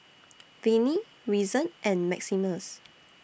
Viney Reason and Maximus